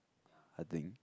I think